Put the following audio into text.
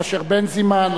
אשר בנזימן,